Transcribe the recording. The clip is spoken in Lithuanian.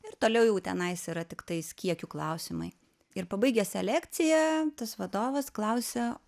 ir toliau jau tenais yra tiktais kiekių klausimai ir pabaigę selekciją tas vadovas klausia